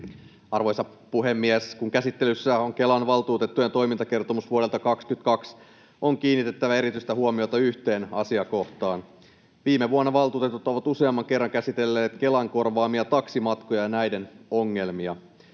Arvoisa puhemies! Kun käsittelyssä on Kelan valtuutettujen toimintakertomus vuodelta 22, on kiinnitettävä erityistä huomiota yhteen asiakohtaan. Viime vuonna valtuutetut ovat useamman kerran käsitelleet Kelan korvaamia taksimatkoja ja näiden ongelmia.